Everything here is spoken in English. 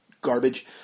garbage